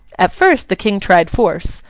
at first the king tried force,